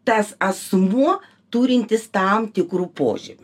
tas asmuo turintis tam tikrų požymių